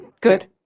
Good